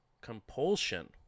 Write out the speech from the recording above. compulsion